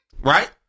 right